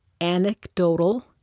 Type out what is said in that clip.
anecdotal